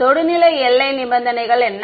தொடுநிலை எல்லை நிபந்தனைகள் என்ன